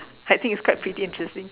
I think it's quite pretty interesting